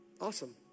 Awesome